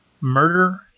murder